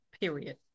Period